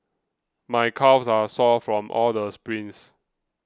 my calves are sore from all the sprints